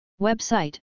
Website